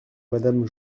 madame